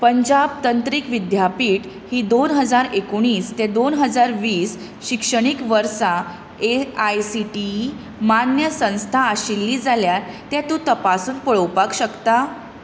पंजाब तंत्रीक विद्यापीठ ही दोन हजार एकुणीस ते दोन हजार वीस शिक्षणीक वर्सा एआयसीटीई मान्य संस्था आशिल्ली जाल्यार तें तूं तपासून पळोवपाक शकता